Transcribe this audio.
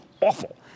awful